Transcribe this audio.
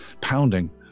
pounding